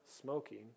smoking